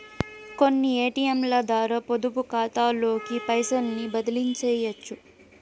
కొన్ని ఏటియంలద్వారా పొదుపుకాతాలోకి పైసల్ని బదిలీసెయ్యొచ్చు